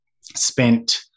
spent